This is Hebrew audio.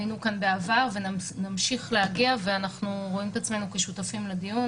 היינו כאן בעבר ונמשיך להגיע ואנחנו רואים את עצמנו כשותפים לדיון,